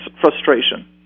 frustration